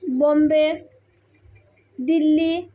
Bombay Delhi